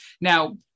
Now